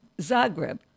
Zagreb